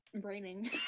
braining